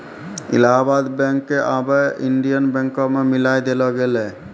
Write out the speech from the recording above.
Allahabad bank क आबै Indian बैंको मे मिलाय देलो गेलै